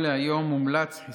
לא, יש